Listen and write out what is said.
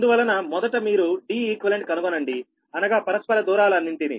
అందువలన మొదట మీరు Deq కనుగొనండి అనగా పరస్పర దూరాలు అన్నింటిని